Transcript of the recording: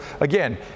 again